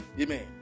Amen